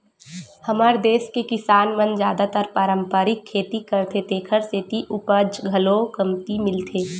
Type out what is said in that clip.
हमर देस के किसान मन जादातर पारंपरिक खेती करथे तेखर सेती उपज घलो कमती मिलथे